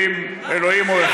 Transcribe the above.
המלחמות נגד טרור תמיד נכשלו,